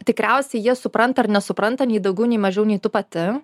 tikriausia jie supranta ar nesupranta nei daugiau nei mažiau nei tu pati